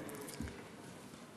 תראה,